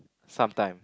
sometime